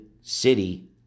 city